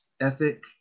ethic